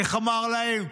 איך אמר להם?